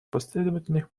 последовательных